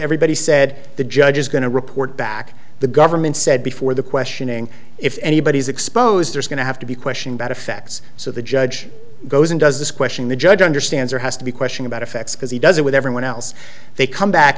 everybody said the judge is going to report back the government said before the questioning if anybody is exposed there's going to have to be question about effects so the judge goes and does this question the judge understands or has to be question about effects because he does it with everyone else they come back